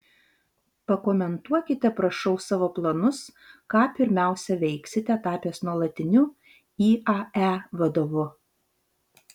pakomentuokite prašau savo planus ką pirmiausia veiksite tapęs nuolatiniu iae vadovu